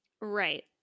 Right